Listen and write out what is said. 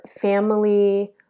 family